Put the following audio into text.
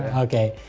ah okay!